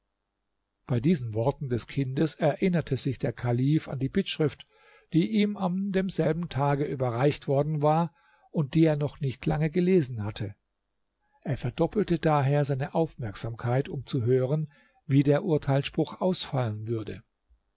bei diesen worten des kindes erinnerte sich der kalif an die bittschrift die ihm an demselben tag überreicht worden war und die er noch nicht lange gelesen hatte er verdoppelte daher seine aufmerksamkeit um zu hören wie der urteilsspruch ausfallen würde